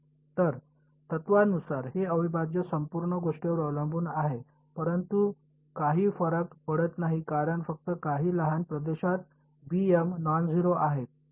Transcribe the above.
तर तत्त्वानुसार हे अविभाज्य संपूर्ण गोष्टीवर अवलंबून आहे परंतु काही फरक पडत नाही कारण फक्त काही लहान प्रदेशात नॉन झेरो आहेत